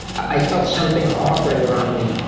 i felt something hovering around me.